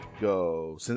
go